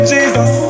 Jesus